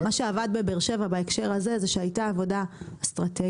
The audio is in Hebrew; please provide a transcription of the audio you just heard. שעבד בבאר שבע בהקשר הזה זה שהייתה עבודה אסטרטגית,